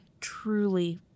truly